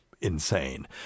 insane